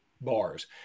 bars